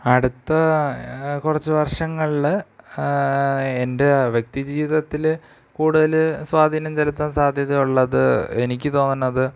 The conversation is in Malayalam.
അടുത്ത കുറച്ച് വർഷങ്ങളിൽ എൻ്റെ വ്യക്തി ജീവിതത്തിൽ കൂടുതൽ സ്വാധീനം ചെലുത്താൻ സാധ്യത ഉള്ളത് എനിക്ക് തോന്നുന്നത്